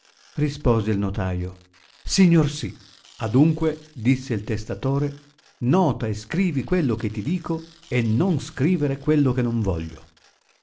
rispose il notaio signor sì adunque disse il testatore nota e scrivi quello che ti dico e non scrivere quello che non voglio